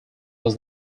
was